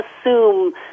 assume